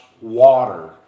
water